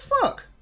fuck